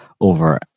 over